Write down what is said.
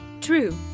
True